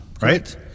right